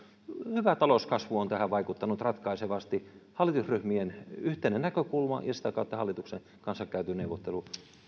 hyvä talouskasvu on tähän vaikuttanut ratkaisevasti hallitusryhmien yhteinen näkökulma ja sitä kautta hallituksen kanssa käyty neuvottelu